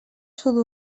sud